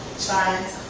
side